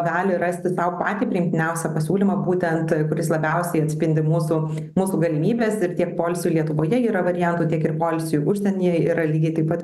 gali rasti sau patį priimtiniausią pasiūlymą būtent kuris labiausiai atspindi mūsų mūsų galimybes ir tiek poilsiui lietuvoje yra variantų tiek ir poilsiui užsienyje yra lygiai taip pat